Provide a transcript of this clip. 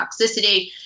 toxicity